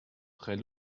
très